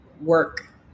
Work